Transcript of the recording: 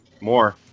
More